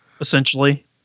essentially